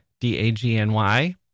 D-A-G-N-Y